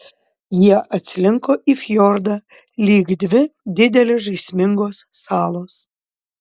jie atslinko į fjordą lyg dvi didelės žaismingos salos